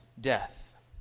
death